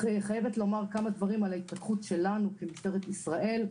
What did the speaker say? אני חייבת לומר כמה דברים על ההתפתחות שלנו כמשטרת ישראל,